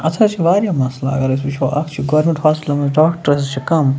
اَتھ حظ چھِ واریاہ مسلہٕ اگر أسۍ وٕچھو اَتھ چھِ گورمیٚنٛٹ ہاسپِٹلَن منٛز ڈاکٹر حظ چھِ کَم